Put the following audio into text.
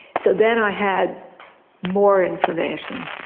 so then i had more information.